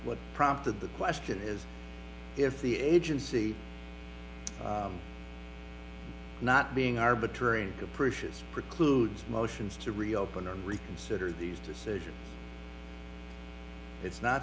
what prompted the question is if the agency not being arbitrary and capricious precludes motions to reopen them reconsider these decisions it's not